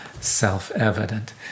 self-evident